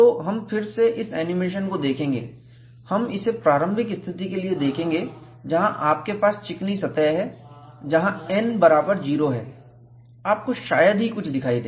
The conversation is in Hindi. तो हम फिर से इस एनिमेशन को देखेंगे हम इसे प्रारंभिक स्थिति के लिए देखेंगे जहां आपके पास चिकनी सतह है जहां N बराबर जीरो है आपको शायद ही कुछ दिखाई दे